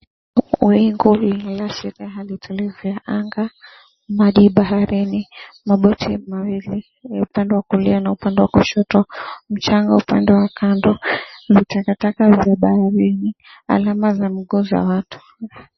Wingu lililoashiria hali tulivu ya anga, maji baharini, maboti mawili upande wa kulia na upande wa kushoto, mchanga upande wa kando, vitakataka vya baharini, alama za miguu za watu.